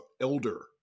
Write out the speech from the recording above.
elder